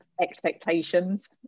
expectations